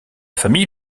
famille